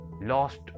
lost